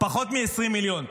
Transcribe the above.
פחות מ-20 מיליון.